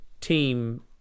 team